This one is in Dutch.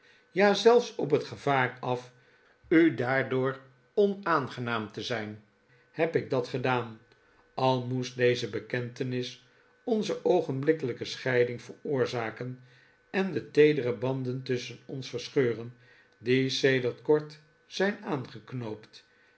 ja zelfs op het gevaar af u daardoor onaangenaam te zijn heb ik dat gedaan al moest deze bekentenis onze oogenblikkelijke scheiding veroorzaken en de teedere banden tusschen ons verscheuren die sedert kort zijn